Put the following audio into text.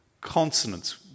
consonants